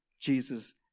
Jesus